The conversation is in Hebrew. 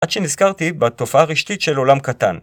‫עד שנזכרתי בתופעה רשתית ‫של עולם קטן.